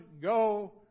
go